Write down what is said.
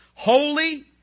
Holy